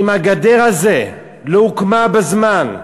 אילו הגדר הזאת לא הוקמה בזמן,